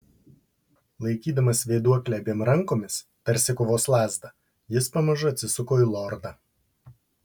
laikydamas vėduoklę abiem rankomis tarsi kovos lazdą jis pamažu atsisuko į lordą